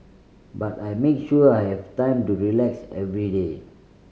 but I make sure I have time to relax every day